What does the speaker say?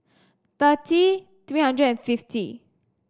thirty three hundred and fifty